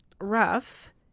rough